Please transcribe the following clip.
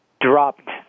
dropped